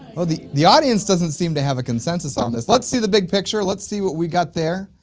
well the the audience doesn't seem to have a consensus on this. let's see the big picture let's see what we got there.